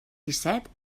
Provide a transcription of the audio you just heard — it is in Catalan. disset